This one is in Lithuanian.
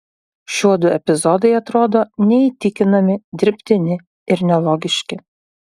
šiuodu epizodai atrodo neįtikinami dirbtini ir nelogiški